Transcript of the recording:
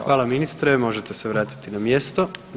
Hvala ministre, možete se vratiti na mjesto.